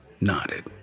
nodded